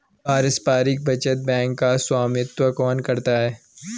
पारस्परिक बचत बैंक का स्वामित्व कौन करता है?